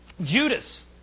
Judas